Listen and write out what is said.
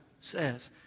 says